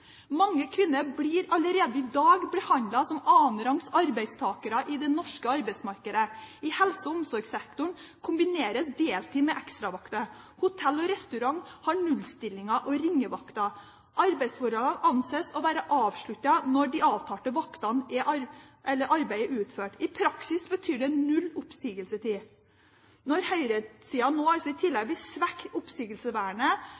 Mange kvinner blir allerede i dag behandlet som annenrangs arbeidstakere i det norske arbeidsmarkedet. I helse- og omsorgssektoren kombineres deltid med ekstravakter. Hotell- og restaurantnæringen har 0-stillinger og ringevakter. Arbeidsforholdene anses å være avsluttet når arbeidet på de avtalte vaktene er utført. I praksis betyr det null oppsigelsestid. Når høyresiden nå i